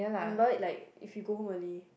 remember like if you go home early